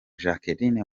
jacqueline